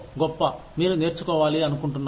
గొప్ప మీరు నేర్చుకోవాలి అనుకుంటున్నారు